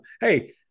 hey